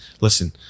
listen